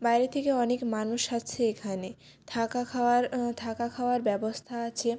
বাইরে থেকে অনেক মানুষ আসে এখানে থাকা খাওয়ার থাকা খাওয়ার ব্যবস্থা আছে